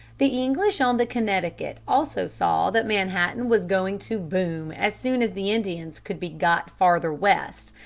the english on the connecticut also saw that manhattan was going to boom as soon as the indians could be got farther west,